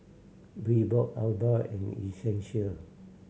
Reebok Alba and Essential